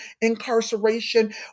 incarceration